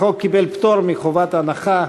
החוק קיבל פטור מחובת הנחה.